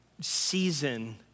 season